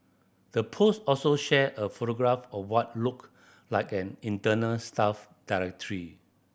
the post also shared a photograph of what looked like an internal staff directory